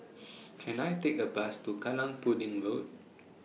Can I Take A Bus to Kallang Pudding Road